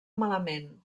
malament